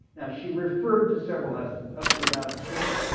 now she referred to several husbands up to about six,